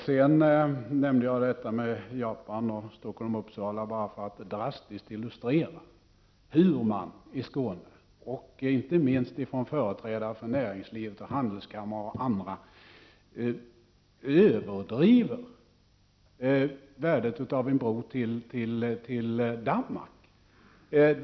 Sedan nämnde jag detta med Japan och Stockholm-Uppsala bara för att drastiskt illustrera hur man i Skåne, inte minst företrädare för näringslivet, handelskammare och andra, överdriver värdet av en bro till Danmark.